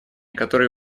который